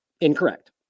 incorrect